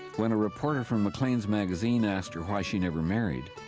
when a reporter from macleans' magazine asked her why she never married,